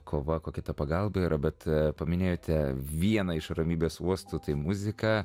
kova kokia ta pagalba yra bet paminėjote vieną iš ramybės uostu tai muzika